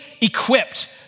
equipped